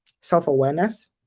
self-awareness